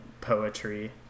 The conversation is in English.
poetry